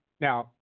Now